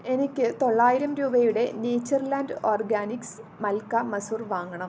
എനിക്ക് തൊള്ളായിരം രൂപയുടെ നീച്ചർലാൻഡ് ഓർഗാനിക്സ് മൽക്ക മസുർ വാങ്ങണം